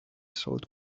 sold